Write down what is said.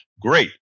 Great